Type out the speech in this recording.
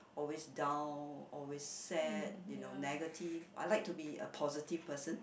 always down always sad you know negative I like to be a positive person